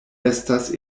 estas